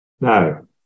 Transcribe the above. No